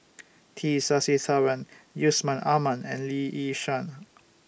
T Sasitharan Yusman Aman and Lee Yi Shyan